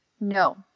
no